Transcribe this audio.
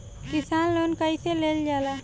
किसान लोन कईसे लेल जाला?